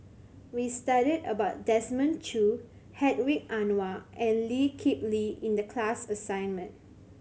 we studied about Desmond Choo Hedwig Anuar and Lee Kip Lee in the class assignment